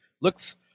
looks